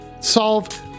solve